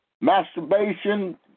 masturbation